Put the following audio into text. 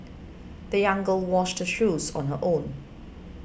the young girl washed her shoes on her own